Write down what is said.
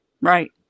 Right